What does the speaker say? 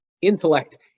intellect